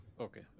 okay